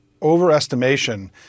overestimation